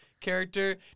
character